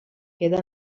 queda